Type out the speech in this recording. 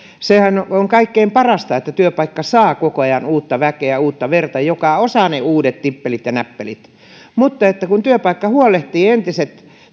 sehän on kaikkein parasta että työpaikka saa koko ajan uutta väkeä uutta verta joka osaa ne uudet nippelit ja näppelit ja kun työpaikka huolehtii entisistä